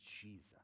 jesus